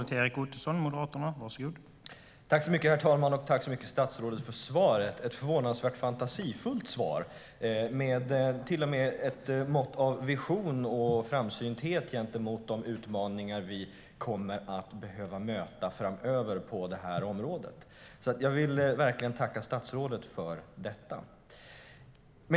Herr talman! Tack så mycket, statsrådet, för svaret! Det var ett förvånansvärt fantasifullt svar som till och med hade ett mått av visioner och framsynthet gentemot de utmaningar vi kommer att behöva möta framöver på det här området. Jag vill verkligen tacka statsrådet för detta.